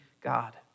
God